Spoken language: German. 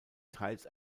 teils